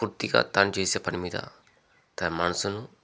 పూర్తిగా తను చేసే పని మీద తన మనసును